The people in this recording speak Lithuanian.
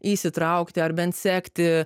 įsitraukti ar bent sekti